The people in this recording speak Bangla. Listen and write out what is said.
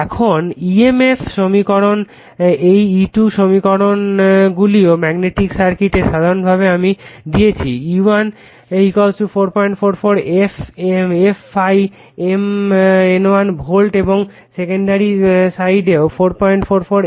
এখন EMF সমীকরণ এই E2 সমীকরণগুলিও ম্যাগনেটিক সার্কিটে সাধারণভাবে আমি দিয়েছি E1 444 f ∅ m N1 volt এবং সেকেন্ডারি সাইডও 444 f ∅ m N2 ভোল্ট